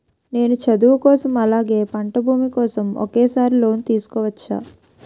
నేను చదువు కోసం అలాగే పంట భూమి కోసం ఒకేసారి లోన్ తీసుకోవచ్చా?